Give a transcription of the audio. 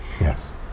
Yes